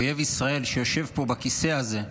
אויב ישראל, שיושב פה בכיסא הזה,